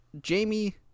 Jamie